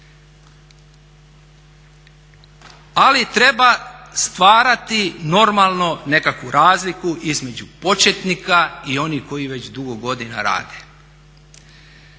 Ali treba stvarati normalno nekakvu razliku između početnika i onih koji već dugo godina rade.